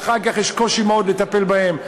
ואחר כך יש קושי גדול מאוד לטפל בהם.